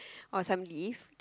or some leaf